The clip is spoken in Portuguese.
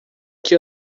que